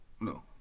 No